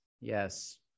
yes